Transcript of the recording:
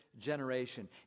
generation